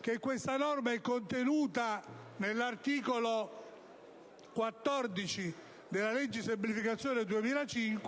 che questa norma è contenuta nell'articolo 14 della legge di semplificazione n.